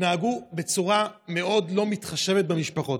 התנהגו בצורה מאוד לא מתחשבת במשפחות,